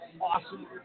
awesome